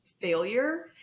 failure